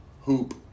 hoop